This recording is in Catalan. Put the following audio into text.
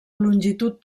longitud